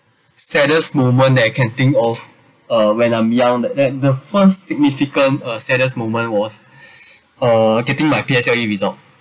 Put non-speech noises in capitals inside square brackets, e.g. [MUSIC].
saddest moment that I can think of uh when I'm young that that the first significant uh saddest moment was [BREATH] uh getting my P_S_L_E result